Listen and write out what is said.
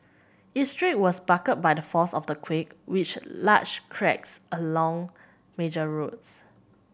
its street was buckled by the force of the quake with large cracks along major roads